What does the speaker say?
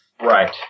Right